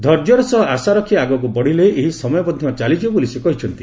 ଧୈର୍ଯ୍ୟର ସହ ଆଶା ରଖି ଆଗକୁ ବଢ଼ିଲେ ଏହି ସମୟ ମଧ୍ୟ ଚାଲିଯିବ ବୋଲି ସେ କହିଛନ୍ତି